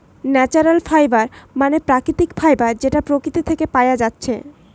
natural fibre মানে প্রাকৃতিক fibre যেটা প্রকৃতি থিকে পায়া যাচ্ছে